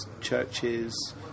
churches